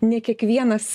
ne kiekvienas